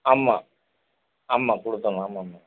ஆமாம் ஆமாம் கொடுக்கணும் ஆமாம் ஆமாம்